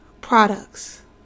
products